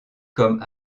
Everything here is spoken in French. comme